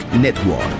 Network